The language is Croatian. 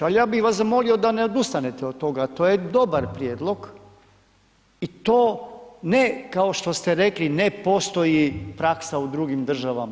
Ali ja bih vas zamolio da ne odustanete od toga, to je dobar prijedlog i to ne kao što ste rekli, ne postoji praksa u drugim državama.